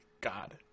God